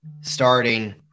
starting